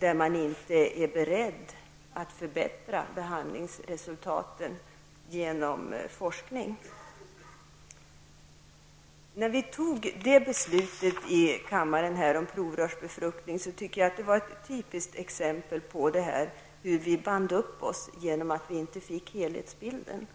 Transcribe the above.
om man inte är beredd att förbättra behandlingsresultaten genom forskning. Beslutet i kammaren om provrörsbefruktning tycker jag är ett typiskt exempel på hur vi band upp oss genom att vi inte fick helhetsbilden.